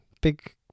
big